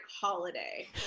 holiday